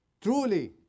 Truly